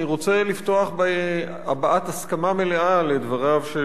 אני רוצה לפתוח בהבעת הסכמה מלאה לדבריו של